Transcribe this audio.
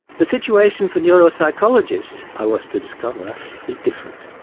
the situation for neuropsychologists i was to discover is different.